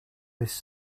this